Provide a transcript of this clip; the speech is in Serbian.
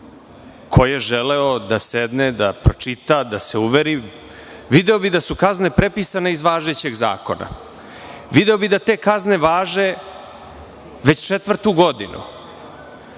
Ko je želeo da sedne, da pročita, da se uveri, video bi da su kazne prepisane iz važećeg zakona, video bi da te kazne važe već četvrtu godinu.